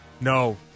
No